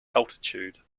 altitude